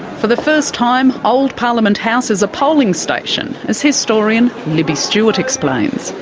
for the first time old parliament house is a polling station, as historian libby stewart explains.